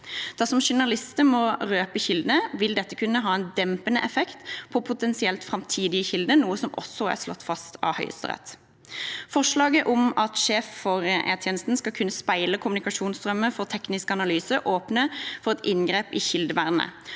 Dersom journalistene må røpe kildene, vil dette kunne ha en dempende effekt på potensielle framtidige kilder, noe som også er slått fast av Høyesterett. Forslaget om at sjefen for E-tjenesten skal kunne speile kommunikasjonsstrømmene for teknisk analyse, åpner for et inngrep i kildevernet,